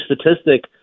statistic